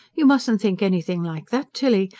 you mustn't think anything like that, tilly.